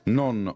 non